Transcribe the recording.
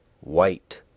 White